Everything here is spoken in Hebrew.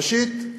ראשית,